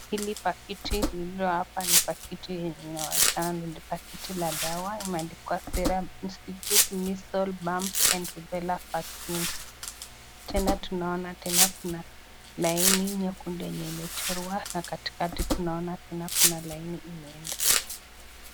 Hili pakiti lililo hapa ni pakiti yenye inaonekana ni pakiti la dawa imeandikwa serum african institute measles, mumps and rubella vaccine tena tunaona tena kuna laini nyekundu yenye imechorwa na katikati tunaona tena kuna laini imeenda.